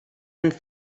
and